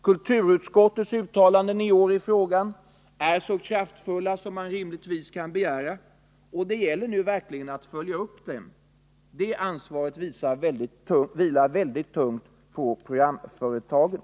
Kulturutskottets uttalanden i år i frågan är så kraftfulla som man rimligtvis kan begära, och det gäller nu att verkligen följa upp dem. Det ansvaret vilar väldigt tungt på programföretagen.